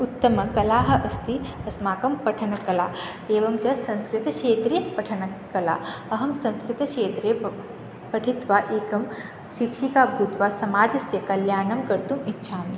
उत्तमकला अस्ति अस्माकं पठनकला एवं च संस्कृतक्षेत्रे पठनकला अहं संस्कृतक्षेत्रे प पठित्वा एका शिक्षिका भूत्वा समाजस्य कल्याणं कर्तुम् इच्छामि